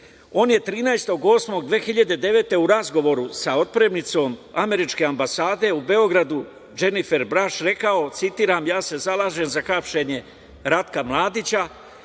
godine u razgovoru sa otpremnicom američke ambasade u Beogradu Dženifer Braš rekao, citiram: "Ja se zalažem za hapšenje Ratka Mladića